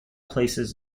places